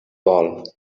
vol